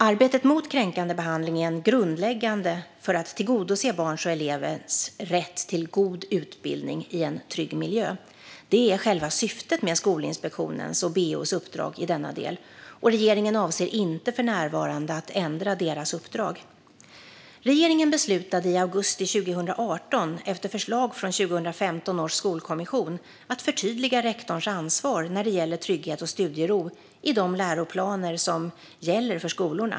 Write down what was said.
Arbetet mot kränkande behandling är grundläggande för att tillgodose barns och elevers rätt till god utbildning i en trygg miljö. Det är själva syftet med Skolinspektionens och BEO:s uppdrag i denna del, och regeringen avser inte för närvarande att ändra deras uppdrag. Regeringen beslutade i augusti 2018, efter förslag från 2015 års skolkommission, att förtydliga rektorns ansvar när det gäller trygghet och studiero i de läroplaner som gäller för skolorna.